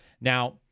Now